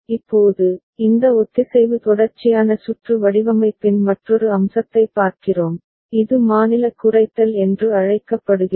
இப்போது இந்த ஒத்திசைவு தொடர்ச்சியான சுற்று வடிவமைப்பின் மற்றொரு அம்சத்தைப் பார்க்கிறோம் இது மாநிலக் குறைத்தல் என்று அழைக்கப்படுகிறது